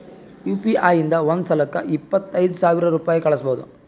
you P I ಇಂದ ಒಂದ್ ಸಲಕ್ಕ ಇಪ್ಪತ್ತೈದು ಸಾವಿರ ರುಪಾಯಿ ಕಳುಸ್ಬೋದು